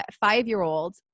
five-year-old